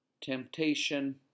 temptation